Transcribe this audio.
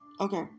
Okay